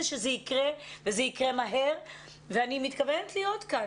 שזה יקרה וזה יקרה מהר ואני מתכוונת להיות כאן.